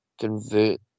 convert